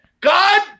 god